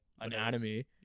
Anatomy